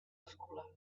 escolar